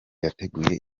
yateguye